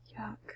Yuck